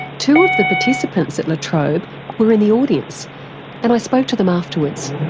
two of the participants at la trobe were in the audience and i spoke to them afterwards.